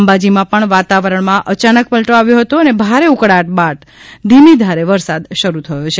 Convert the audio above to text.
અંબાજીમાં પણ વાતાવરણમાં અયાનક પલટો આવ્યો હતો અને ભારે ઉકળાટ બાદ ધીમેધારે વરસાદ શરૂ થયો છે